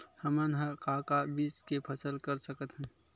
हमन ह का का बीज के फसल कर सकत हन?